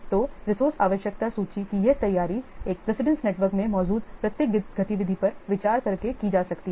तो रिसोर्से आवश्यकता सूची की यह तैयारी एक प्रेसिडेंस नेटवर्क में मौजूद प्रत्येक गतिविधि पर विचार करके की जा सकती है